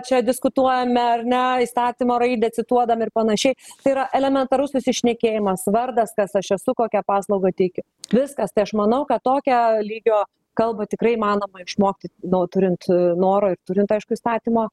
čia diskutuojame ar ne įstatymo raidę cituodami ir panašiai tai yra elementarus susišnekėjimas vardas kas aš esu kokią paslaugą teikiu viskas tai aš manau kad tokio lygio kalbą tikrai įmanoma išmokti nu turint noro ir turint aišku įstatymo